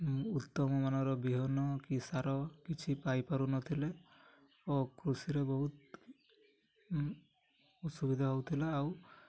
ଉତ୍ତମ ମାନର ବିହନ କି ସାର କିଛି ପାଇପାରୁନଥିଲେ ଓ କୃଷିରେ ବହୁତ ଅସୁବିଧା ହେଉଥିଲା ଆଉ